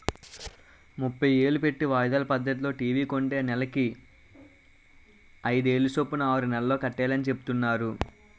ముప్పై ఏలు పెట్టి వాయిదాల పద్దతిలో టీ.వి కొంటే నెలకి అయిదేలు సొప్పున ఆరు నెలల్లో కట్టియాలని సెప్తున్నారు